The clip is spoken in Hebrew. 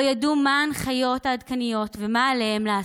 לא ידעו מה ההנחיות העדכניות ומה עליהם לעשות.